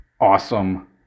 awesome